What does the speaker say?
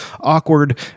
awkward